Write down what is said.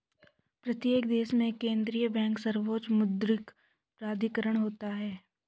प्रत्येक देश में केंद्रीय बैंक सर्वोच्च मौद्रिक प्राधिकरण होता है